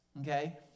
okay